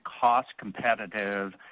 cost-competitive